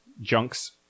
junks